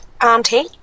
auntie